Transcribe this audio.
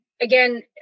again